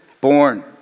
born